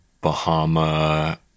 Bahama